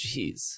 Jeez